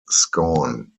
scorn